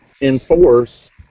enforce